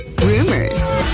rumors